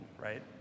right